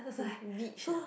they rich ah